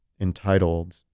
entitled